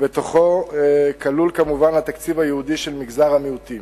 ובתוכו כלול כמובן התקציב הייעודי של מגזר המיעוטים.